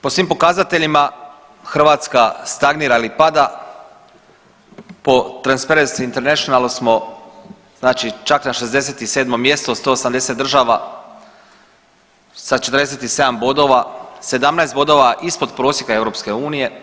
Po svim pokazateljima Hrvatska stagnira ili pada po Transparency International smo znači čak na 67. mjestu od 180 država sa 47 bodova, 17 bodova ispod prosjeka EU.